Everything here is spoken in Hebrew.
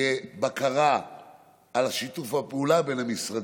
תהיה בקרה על שיתוף הפעולה בין המשרדים,